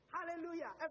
Hallelujah